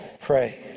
Pray